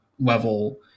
level